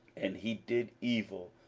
and he did evil,